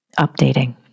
updating